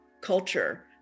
culture